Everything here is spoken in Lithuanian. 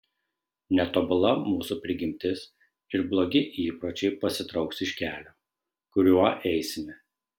netobula mūsų prigimtis ir blogi įpročiai pasitrauks iš kelio kuriuo eisime